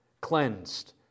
cleansed